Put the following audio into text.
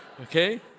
Okay